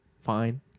Fine